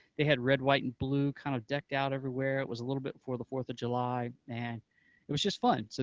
they had red, white and blue kind of decked out everywhere. it was a little bit before the fourth of july, and it was just fun. so